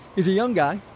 he's a young guy,